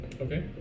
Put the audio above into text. Okay